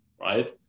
right